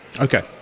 Okay